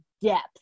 depth